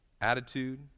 attitude